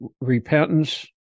repentance